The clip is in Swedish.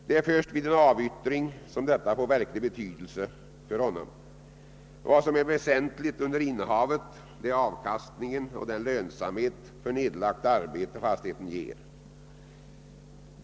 Det är först vid en avyttring som detta får verklig betydelse för honom. Vad som är väsentligt under innehavet är avkastningen och den lön för nedlagt arbete fastigheten ger.